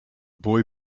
boy